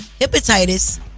hepatitis